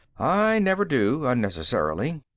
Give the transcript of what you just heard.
i never do, unnecessarily.